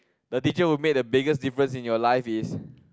the teacher who made a biggest difference in your life is